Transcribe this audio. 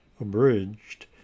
abridged